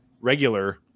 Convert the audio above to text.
regular